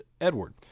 Edward